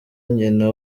nyina